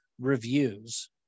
reviews